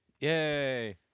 Yay